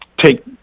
take